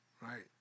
right